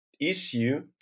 issue